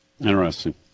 Interesting